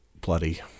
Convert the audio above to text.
bloody